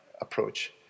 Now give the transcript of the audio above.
approach